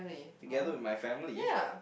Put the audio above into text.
together with my family